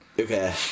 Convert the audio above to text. Okay